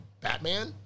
Batman